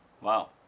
Wow